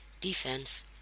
Defense